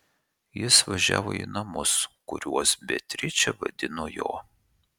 jis važiavo į namus kuriuos beatričė vadino jo